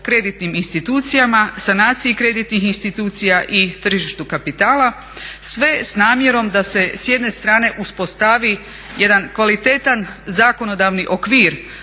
kreditnim institucijama, sanaciji kreditnih institucija i tržištu kapitala sve s namjerom da se s jedne strane uspostavi jedan kvalitetan zakonodavni okvir